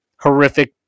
horrific